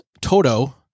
Toto